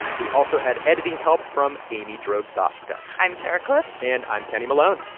we also had editing help from amy drozdowska i'm sarah kliff and i'm kenny malone.